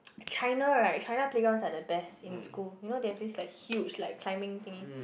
China right China playgrounds are the best in school you know they have this like huge like climbing thing